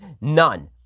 none